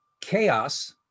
chaos